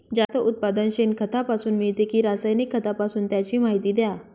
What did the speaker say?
जास्त उत्पादन शेणखतापासून मिळते कि रासायनिक खतापासून? त्याची माहिती द्या